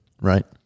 right